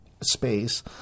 space